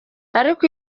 ariko